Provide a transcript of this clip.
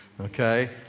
Okay